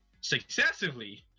successively